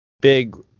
big